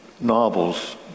novels